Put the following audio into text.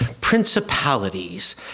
principalities